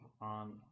on